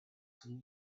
some